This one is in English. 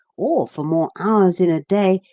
or for more hours in a day,